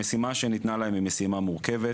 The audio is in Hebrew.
המשימה שניתנה להם זו משימה מורכבת